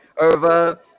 over